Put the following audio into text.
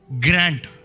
Grant